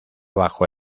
bajo